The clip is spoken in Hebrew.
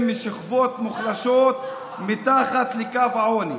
משכבות מוחלשות מתחת לקו העוני.